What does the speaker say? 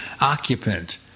occupant